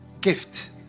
gift